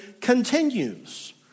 continues